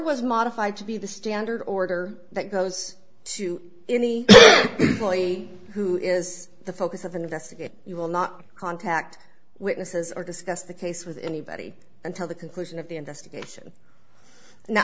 was modified to be the standard order that goes to any bully who is the focus of an investigation you will not contact witnesses or discuss the case with anybody until the conclusion of the investigation now